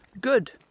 good